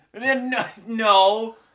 No